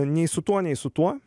nei su tuo nei su tuo